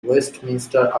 westminster